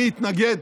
מי התנגד?